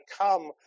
come